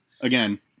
again